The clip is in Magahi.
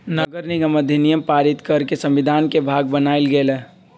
नगरनिगम अधिनियम पारित कऽ के संविधान के भाग बनायल गेल